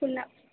पुन्हा